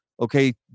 Okay